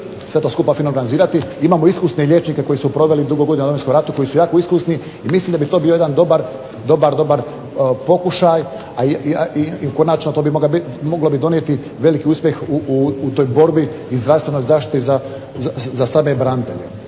sve to skupa fino organizirati, imamo iskusne liječnike koji su proveli dugo godina u Domovinskom ratu, koji su jako iskusni i mislim da bi to bio jedan dobar, dobar, dobar pokušaj, a i konačno to bi mogao biti, moglo bi donijeti veliki uspjeh u toj borbi i zdravstvenoj zaštiti za same branitelje.